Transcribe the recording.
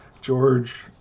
George